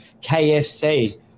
KFC